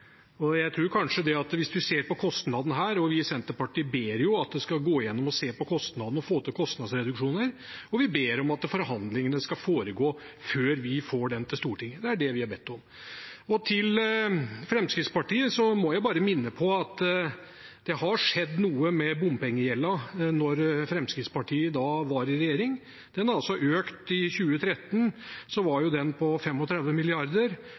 Jeg tror kanskje at når det gjelder kostnaden her, er det slik at vi i Senterpartiet ber om at man skal gå igjennom og se på kostnadene og få til kostnadsreduksjoner, og vi ber om at forhandlingene skal foregå før vi får det til Stortinget. Det er det vi har bedt om. Til Fremskrittspartiet: Jeg må bare minne om at det skjedde noe med bompengegjelden da Fremskrittspartiet var i regjering: Den har økt. I 2013 var den på 35 mrd. kr, og i 2019 var den på